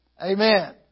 Amen